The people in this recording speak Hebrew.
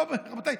רבותיי.